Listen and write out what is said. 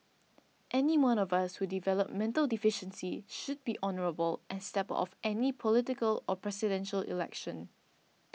anyone of us who develop mental deficiency should be honourable and step of any political or Presidential Election